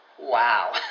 Wow